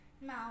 Now